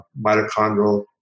mitochondrial